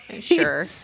Sure